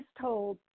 told